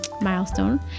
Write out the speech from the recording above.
milestone